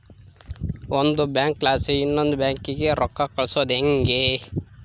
ಒಂದು ಬ್ಯಾಂಕ್ಲಾಸಿ ಇನವಂದ್ ಬ್ಯಾಂಕಿಗೆ ರೊಕ್ಕ ಕಳ್ಸೋದು ಯಂಗೆ